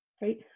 right